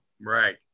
Right